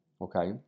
okay